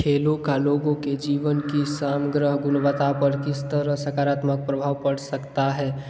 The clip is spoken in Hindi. खेलों का लोगों के जीवन की समग्र गुणवत्ता पर किस तरह सकारात्मक प्रभाव पड़ सकता है